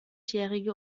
jährige